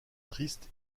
triste